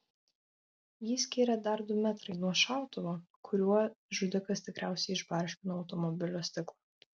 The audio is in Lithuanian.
jį skyrė dar du metrai nuo šautuvo kuriuo žudikas tikriausiai išbarškino automobilio stiklą